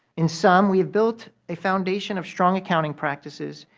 in sum, we have built a foundation of strong accounting practices,